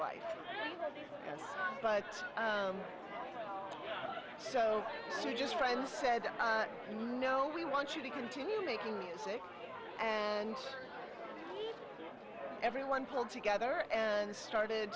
life but so soon just friends said no we want you to continue making music and everyone pulled together and started